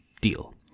deal